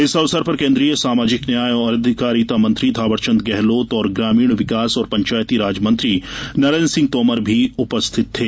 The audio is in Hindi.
इस अवसर पर केन्द्रीय सामाजिक न्याय और अधिकारिता मंत्री थांवरचन्द्र गेहर्लोत और ग्रामीण विकास और पंचायतीराज मंत्री नरेन्द्र सिंह तोमर भी उपस्थित थे